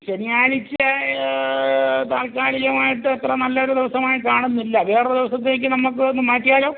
ശനിയാഴ്ച താല്ക്കാലികമായിട്ട് അത്ര നല്ലൊരു ദിവസമായി കാണുന്നില്ല വേറൊരു ദിവസത്തേക്ക് നമുക്ക് ഒന്ന് മാറ്റിയാലോ